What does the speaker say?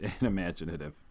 imaginative